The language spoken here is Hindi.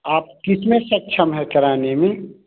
आप कितने सक्षम है कराने में